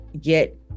get